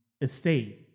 estate